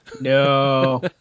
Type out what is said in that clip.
No